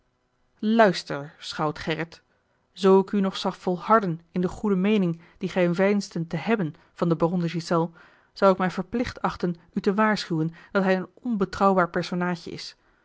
luister schout gerrit zoo ik u nog zag volharden in de goede meening die gij veinsdet te hebben van den baron de ghiselles zou ik mij verplicht achten u te waarschuwen dat hij een onbetrouwbaar personaadje is